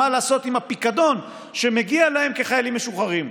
מה לעשות עם הפיקדון שמגיע להם כחיילים משוחררים.